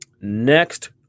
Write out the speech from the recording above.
next